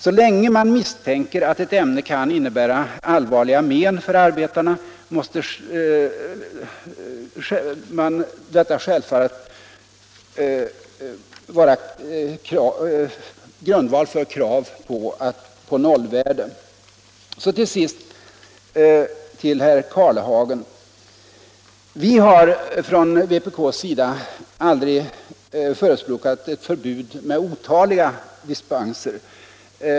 Så länge man misstänker att ett ämne kan innebära allvarliga men för arbetarna måste detta självfallet vara grundval nog för krav på 0-värden. Till sist vill jag säga några ord till herr Karlehagen. Vi har från vpk aldrig förespråkat ett förbud med otaliga dispenser.